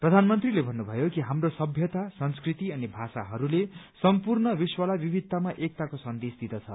प्रधानमन्त्रीले भन्नुभयो कि हाम्रो सभ्यता संस्कृति अनि भाषाहरूले सम्पूर्ण विश्वलाई विविधतामा एकताको सन्देश विँदछ